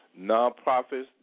nonprofits